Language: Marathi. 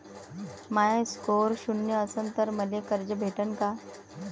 माया स्कोर शून्य असन तर मले कर्ज भेटन का?